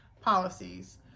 policies